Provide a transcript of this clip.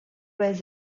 was